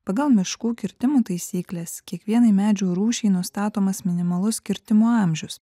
pagal miškų kirtimo taisykles kiekvienai medžių rūšiai nustatomas minimalus kirtimo amžius